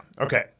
Okay